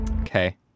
Okay